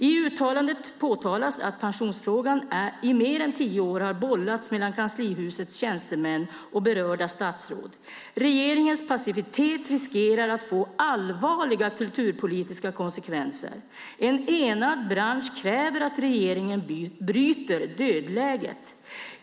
I uttalandet påtalas att pensionsfrågan i mer än tio år har bollats mellan Regeringskansliets tjänstemän och berörda statsråd. Regeringens passivitet riskerar att få allvarliga kulturpolitiska konsekvenser. En enad bransch kräver att regeringen bryter dödläget.